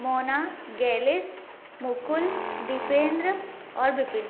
मोना गैलिस मुकुल दीपेन्द्र और विपिन